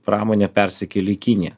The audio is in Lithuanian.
pramonė persikėlė į kiniją